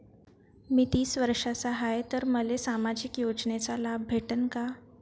मी तीस वर्षाचा हाय तर मले सामाजिक योजनेचा लाभ भेटन का?